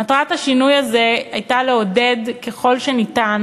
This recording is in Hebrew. מטרת השינוי הזה הייתה לעודד ככל שניתן